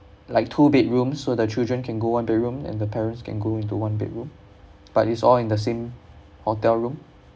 like two bedrooms so the children can go one bedroom and the parents can go into one bedroom but it's all in the same hotel room